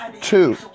two